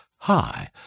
Hi